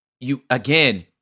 you—again—